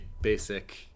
basic